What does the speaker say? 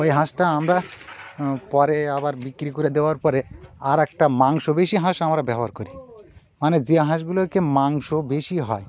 ওই হাঁসটা আমরা পরে আবার বিক্রি করে দেওয়ার পরে আরেকটা মাংস বেশি হাঁস আমরা ব্যবহার করি মানে যে হাঁসগুলোকে মাংস বেশি হয়